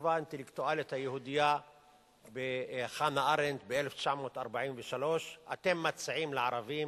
כתבה האינטלקטואלית היהודייה חנה ארנדט ב-1943: אתם מציעים לערבים